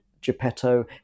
Geppetto